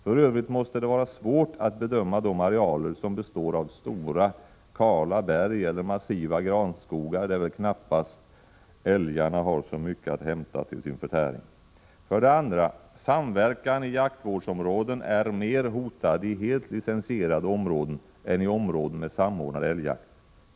För övrigt måste det vara svårt att bedöma de arealer som består av stora, kala berg eller massiva granskogar, där väl älgarna knappast har så mycket att hämta till sin förtäring. För det andra: Samverkan i jaktvårdsområden är mer hotad i helt licensierade områden än i områden med samordnad älgjakt.